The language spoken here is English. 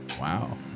Wow